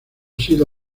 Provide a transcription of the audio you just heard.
sido